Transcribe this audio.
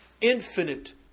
infinite